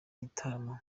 gitaramo